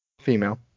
Female